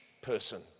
person